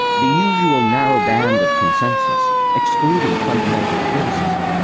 the usual narrow band of consensus, excluding fundamental criticism,